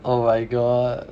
oh my god